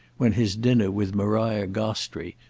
when his dinner with maria gostrey,